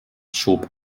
schob